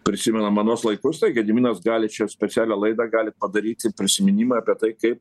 prisimenam anuos laikus tai gediminas gali čia specialią laidą galit padaryti prisiminimai apie tai kai